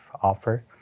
offer